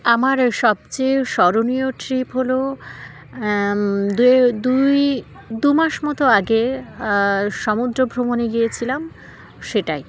আমার সবচেয়ে স্মরণীয় ট্রিপ হলো দু দুই দু মাস মতো আগে সমুদ্র ভ্রমণে গিয়েছিলাম সেটাই